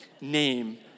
name